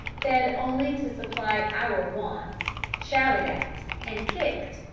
fed only to supply our wants shouted at and kicked,